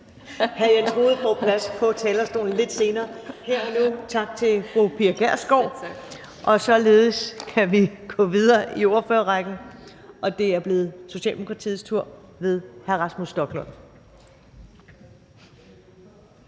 Hr. Jens Rohde får plads på talerstolen lidt senere. Her og nu siger vi tak til fru Pia Kjærsgaard. Således kan vi gå videre i ordførerrækken, og det er blevet Socialdemokratiets tur ved hr. Rasmus Stoklund.